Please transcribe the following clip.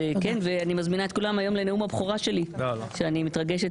ואני מזמינה את כולם היום לנאום הבכורה שלי שאני מתרגשת לקראתו.